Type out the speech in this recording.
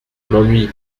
m’ennuie